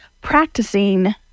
practicing